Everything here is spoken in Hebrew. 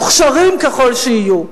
מוכשרים ככל שיהיו.